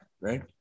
right